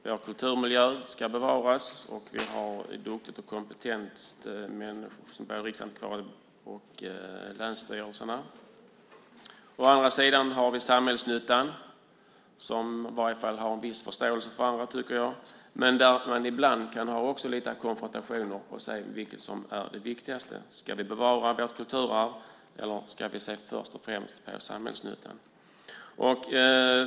Vi har kulturmiljöer som ska bevaras, och vi har duktiga och kompetenta riksantikvarier och människor hos länsstyrelserna. Vi har också samhällsnyttan som i varje fall har en viss förståelse för detta, tycker jag, men där det ibland också kan vara lite konfrontationer när det gäller vilket som är det viktigaste. Ska vi bevara vårt kulturarv, eller ska vi först och främst se till samhällsnyttan?